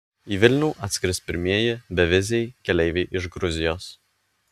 į vilnių atskris pirmieji beviziai keleiviai iš gruzijos